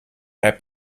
app